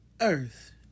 Earth